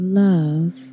love